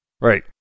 Right